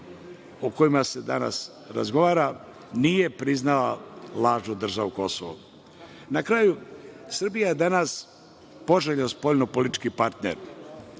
o kojima se danas razgovara nije priznala lažnu državu Kosovo. Na kraju, Srbija je danas poželjan spoljnopolitički partner,